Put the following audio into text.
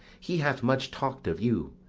he hath much talk'd of you,